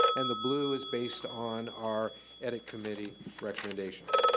and the blue is based on our edit committee recommendations.